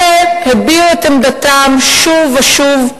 אלה הביעו את עמדתם שוב ושוב,